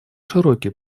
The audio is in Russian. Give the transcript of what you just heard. широкий